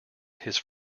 his